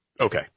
Okay